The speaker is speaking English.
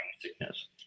sickness